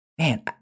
Man